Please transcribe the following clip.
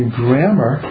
grammar